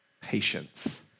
patience